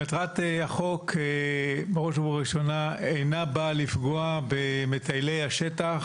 מטרת החוק אינה באה לפגוע במטיילי השטח